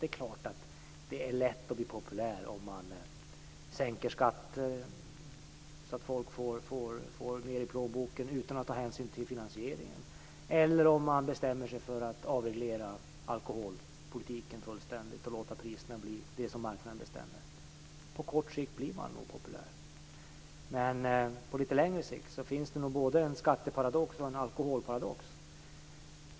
Det är klart att det är lätt att bli populär om man, utan att ta hänsyn till finansieringen, sänker skatter så att folk får mera i plånboken eller om man bestämmer sig för att fullständigt avreglera alkoholpolitiken för att i stället låta priserna bli vad som marknaden bestämmer. På kort sikt blir man nog populär på det sättet, men på litet längre sikt finns det nog både en skatteparadox och en alkoholparadox.